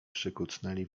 przykucnęli